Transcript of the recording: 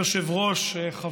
בדרכים.